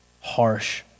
harsh